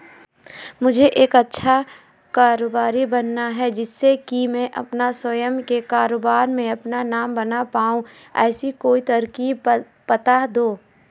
मुझे एक अच्छा कारोबारी बनना है जिससे कि मैं अपना स्वयं के कारोबार में अपना नाम बना पाऊं ऐसी कोई तरकीब पता दो?